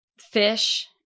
Fish